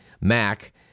Mac